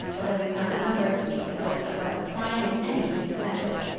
although we found a number of steep hills that were as trying as any we had met with.